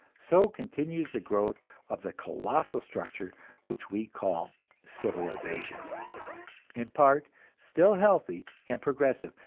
so continues the growth of the colossal structure which we call civilization in part still healthy and progressive,